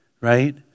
right